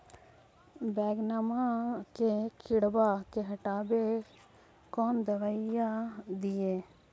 बैगनमा के किड़बा के हटाबे कौन दवाई दीए?